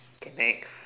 okay next